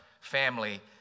family